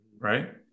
right